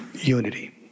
Unity